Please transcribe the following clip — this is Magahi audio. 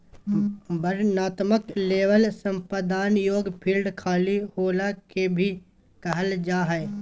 वर्णनात्मक लेबल संपादन योग्य फ़ील्ड खाली होला के भी कहल जा हइ